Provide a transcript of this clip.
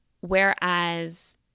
Whereas